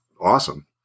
awesome